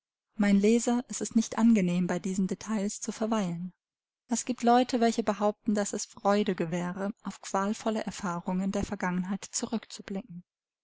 mein leser es ist nicht angenehm bei diesen details zu verweilen es giebt leute welche behaupten daß es freude gewähre auf qualvolle erfahrungen der vergangenheit zurück